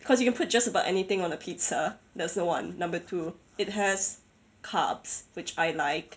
cause you can put just about anything on a pizza that's the one number two it has carbs which I like